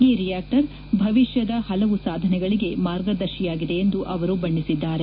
ಈ ರಿಯಾಕ್ಟರ್ ಭವಿಷ್ಯದ ಹಲವು ಸಾಧನೆಗಳಿಗೆ ಮಾರ್ಗದರ್ಶಿಯಾಗಿದೆ ಎಂದು ಅವರು ಬಣ್ಣಿಸಿದ್ದಾರೆ